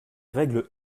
règles